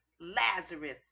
lazarus